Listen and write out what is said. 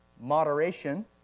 Moderation